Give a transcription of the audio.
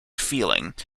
feeling